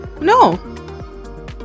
no